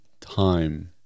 time